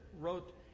wrote